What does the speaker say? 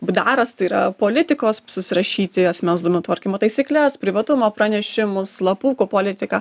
b d aras tai yra politikos susirašyti asmens duomenų tvarkymo taisykles privatumo pranešimus slapukų politiką